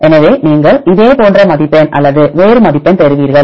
எனவே நீங்கள் இதே போன்ற மதிப்பெண் அல்லது வேறு மதிப்பெண் பெறுவீர்கள்